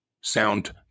sound